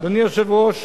אדוני היושב-ראש,